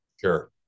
sure